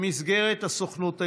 במסגרת הסוכנות היהודית.